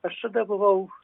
aš tada buvau